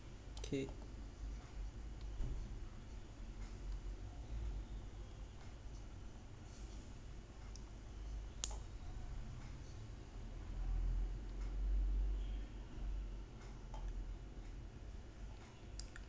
okay